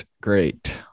great